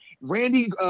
Randy